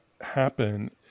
happen